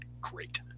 great